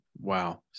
wow